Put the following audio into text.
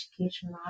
education